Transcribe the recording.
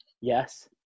Yes